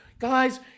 guys